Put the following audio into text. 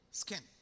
skin